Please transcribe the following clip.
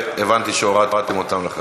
והבנתי שהורדתם אותן לחלוטין.